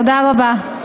תודה רבה.